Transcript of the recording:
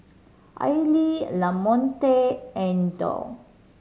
Aili Lamonte and Dow